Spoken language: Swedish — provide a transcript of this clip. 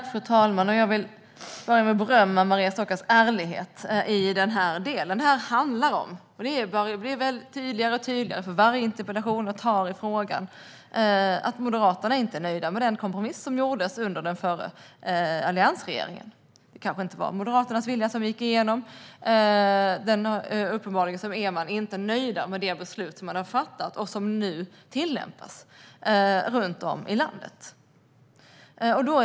Fru talman! Jag vill börja med att berömma Maria Stockhaus ärlighet, för detta handlar om, vilket blir allt tydligare för varje interpellation i frågan, att Moderaterna inte är nöjda med den kompromiss som gjordes under den förra alliansregeringen. Det kanske inte var Moderaternas vilja som gick igenom. Uppenbarligen är man inte nöjd med det beslut som man har fattat och som nu tillämpas runt om i landet.